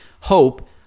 Hope